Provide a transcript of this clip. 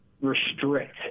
restrict